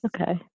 Okay